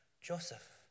Joseph